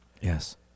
Yes